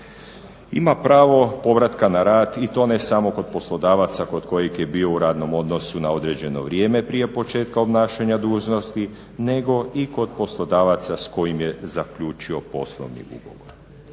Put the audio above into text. Ima pravo povratka na rad i to ne samo kod poslodavaca kod kojeg je bio u radnom odnosu na određeno vrijeme prije početka obnašanja dužnosti nego i kod poslodavaca s kojim je zaključio poslovni ugovor.